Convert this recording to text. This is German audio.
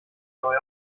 neue